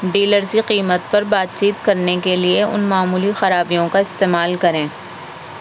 dealer سے قیمت پر بات چیت کرنے کے لیے ان معمولی خرابیوں کا استعمال کریں